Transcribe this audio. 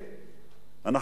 אנחנו ראינו את זה בערוץ-1,